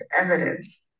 evidence